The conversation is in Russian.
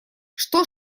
что